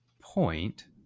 point